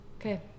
Okay